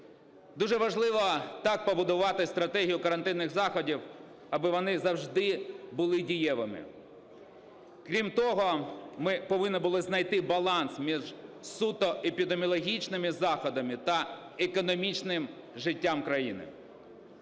Дуже важливо так побудувати стратегію карантинних заходів, аби вони завжди були дієвими. Крім того, ми повинні були знайти баланс між суто епідеміологічними заходами та економічним життям країни.